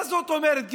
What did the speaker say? מה זאת אומרת גזענות?